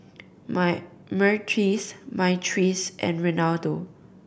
Myrtis Myrtice and Reynaldo